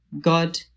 God